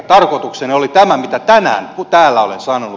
tarkoitukseni oli tämä mitä tänään täällä olen sanonut